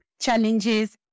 challenges